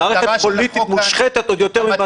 מערכת פוליטית מושחתת עוד יותר ממה שהיא היום.